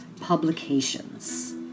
publications